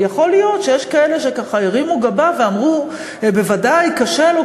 ויכול להיות שיש כאלה שהרימו גבה ואמרו: בוודאי קשה לו,